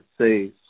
say